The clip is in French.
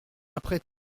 après